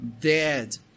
dead